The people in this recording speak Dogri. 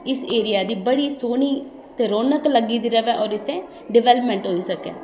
इस एरिया दी बड़ी सोह्नी ते रौनक लग्गी दी र'वै होर इसदा डवेलपमेंट होई सकै